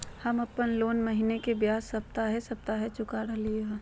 हम अप्पन लोन महीने के बजाय सप्ताहे सप्ताह चुका रहलिओ हें